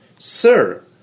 Sir